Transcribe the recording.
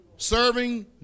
Serving